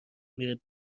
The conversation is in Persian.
میره